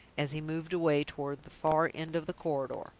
as he moved away toward the far end of the corridor.